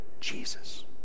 Jesus